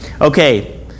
Okay